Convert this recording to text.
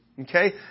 Okay